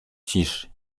ciszy